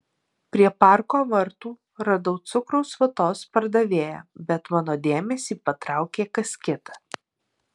prie parko vartų radau cukraus vatos pardavėją bet mano dėmesį patraukė kas kita